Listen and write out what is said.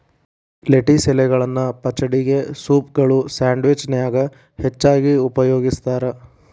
lettuce ಎಲಿಗಳನ್ನ ಪಚಡಿಗೆ, ಸೂಪ್ಗಳು, ಸ್ಯಾಂಡ್ವಿಚ್ ನ್ಯಾಗ ಹೆಚ್ಚಾಗಿ ಉಪಯೋಗಸ್ತಾರ